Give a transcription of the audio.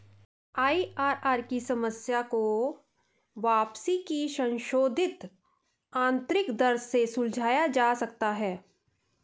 IRR की समस्या को वापसी की संशोधित आंतरिक दर से सुलझाया जा सकता है